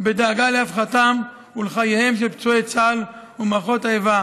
בדאגה לרווחתם ולחייהם של פצועי צה"ל ומערכות האיבה.